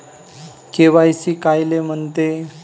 KYC कायले म्हनते?